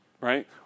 right